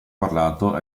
parlato